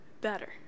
better